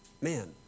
man